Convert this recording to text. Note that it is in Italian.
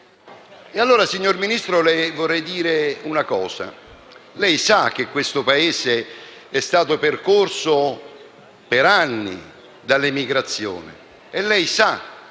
Allora, signor Ministro, le vorrei dire una cosa: lei sa che questo Paese è stato percorso per anni dall'emigrazione e lei sa